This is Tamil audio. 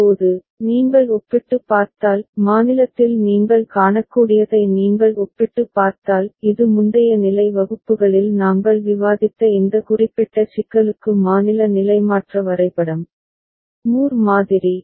இப்போது நீங்கள் ஒப்பிட்டுப் பார்த்தால் மாநிலத்தில் நீங்கள் காணக்கூடியதை நீங்கள் ஒப்பிட்டுப் பார்த்தால் இது முந்தைய நிலை வகுப்புகளில் நாங்கள் விவாதித்த இந்த குறிப்பிட்ட சிக்கலுக்கு மாநில நிலைமாற்ற வரைபடம் மூர் மாதிரி